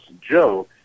Joe